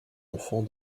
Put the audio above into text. enfant